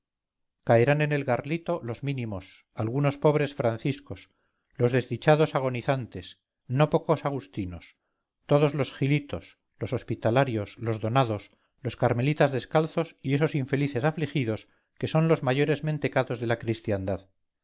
caerán en el garlito los mínimos algunos pobres franciscos los desdichados agonizantes no pocos agustinos todos los gilitos los hospitalarios los donados los carmelitas descalzos y esos infelices afligidos que son los mayores mentecatos de la cristiandad